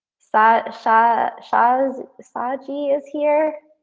that shah shahs, asaji is here.